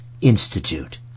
Institute